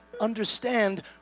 understand